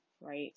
right